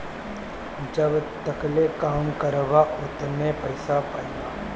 जब तकले काम करबा ओतने पइसा पइबा